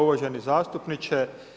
Uvaženi zastupniče.